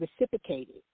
reciprocated